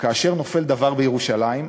שכאשר נופל דבר בירושלים,